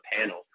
panel